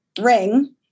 ring